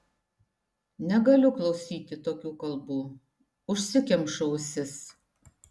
negaliu klausyti tokių kalbų užsikemšu ausis